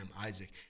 Isaac